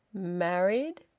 married?